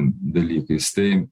dalykais tai